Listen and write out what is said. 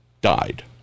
died